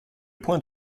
point